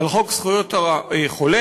על חוק זכויות החולה,